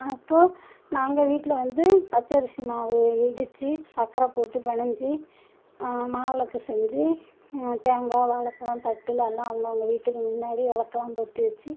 அப்போது நாங்கள் வீட்டில் வந்து பச்சரிசி மாவு இடித்து சர்க்கர போட்டு பிணைஞ்சி மாவிளக்கு செஞ்சு தேங்காய் வாழைப் பழம் தட்டில் எல்லாம் அவுங்கவங்க வீட்டுக்கு முன்னாடி விளக்குலாம் பொருத்தி வெச்சு